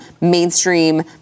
mainstream